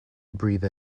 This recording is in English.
breathe